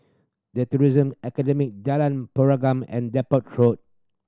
The Tourism Academy Jalan Pergam and Depot